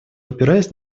опираясь